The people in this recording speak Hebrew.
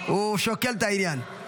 הוא שוקל את העניין.